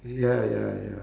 ya ya ya